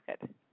good